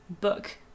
book